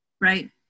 Right